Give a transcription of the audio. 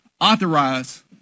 authorize